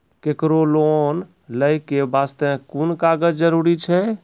केकरो लोन लै के बास्ते कुन कागज जरूरी छै?